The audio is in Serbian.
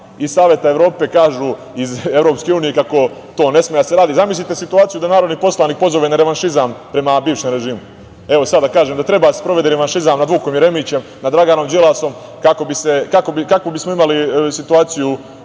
iz Saveta Evrope kažu, iz EU, kako to ne sme da se radi. Zamislite situaciju da narodni poslanik pozove na revanšizam prema bivšem režimu, evo, sad da kažem da treba da se sprovede revanšizam nad Vukom Jeremićem, nad Draganom Đilasom, kako bismo imali situaciju